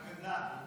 זאת אגדה.